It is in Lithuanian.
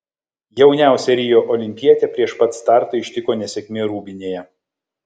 jauniausią rio olimpietę prieš pat startą ištiko nesėkmė rūbinėje